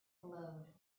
glowed